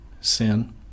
sin